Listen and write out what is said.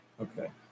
Okay